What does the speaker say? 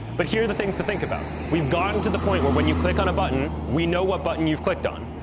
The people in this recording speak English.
but here are the things to think about. we've gotten to the point where when you click on a button, we know what button you've clicked on.